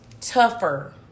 Tougher